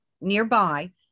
nearby